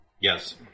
Yes